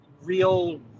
real